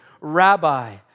Rabbi